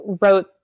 wrote